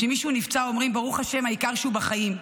כשמישהו נפצע אומרים: ברוך השם, העיקר שהוא בחיים.